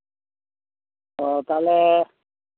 ᱚ ᱛᱟᱦᱞᱮ